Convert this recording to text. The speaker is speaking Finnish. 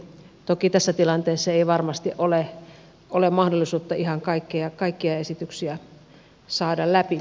toki tässä tilanteessa ei varmasti ole mahdollisuutta ihan kaikkia esityksiä saada läpi